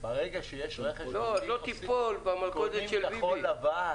ברגע שיש רכש גומלין -- שלא תיפול במלכודת של ביבי.